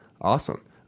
Awesome